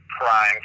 prime